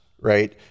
right